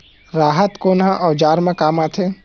राहत कोन ह औजार मा काम आथे?